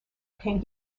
came